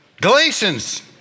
Galatians